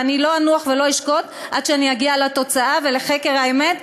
ואני לא אנוח ולא אשקוט עד שאגיע לחקר האמת,